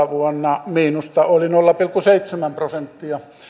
vuonna neljätoista miinusta oli nolla pilkku seitsemän prosenttia